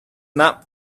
not